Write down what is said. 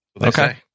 Okay